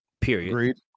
Period